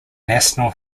national